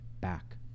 back